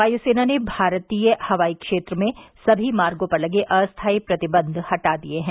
वायुसेना ने भारतीय हवाई क्षेत्र में सभी मार्गों पर लगे अस्थाई प्रतिबंध हटा दिए हैं